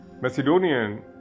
Macedonian